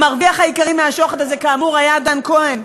המרוויח העיקרי מהשוחד הזה, כאמור, היה דן כהן.